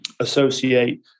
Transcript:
associate